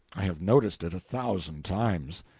i have noticed it a thousand times.